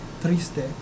triste